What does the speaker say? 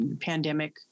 pandemic